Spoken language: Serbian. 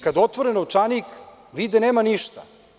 Kada otvore novčanik, vide da nema ništa.